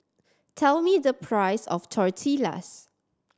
tell me the price of Tortillas